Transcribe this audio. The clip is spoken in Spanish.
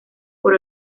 por